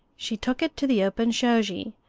she took it to the open shoji,